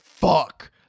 Fuck